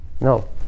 No